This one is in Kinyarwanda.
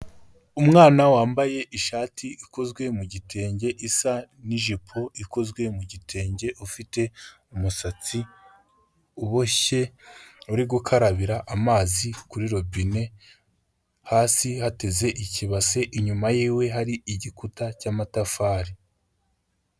Umwana wambaye ishati ikozwe mu gitenge, isa n'ijipo ikozwe mu gitenge, ufite umusatsi uboshye, uri gukarabira amazi kuri robine, hasi hateze ikibase inyuma yiwe hari igikuta cy'amatafari.